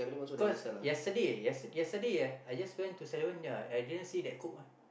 cause yesterday yesterday ah I just went to Seven-Eleven ya I didn't see that Coke ah